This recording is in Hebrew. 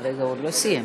עוד לא סיים.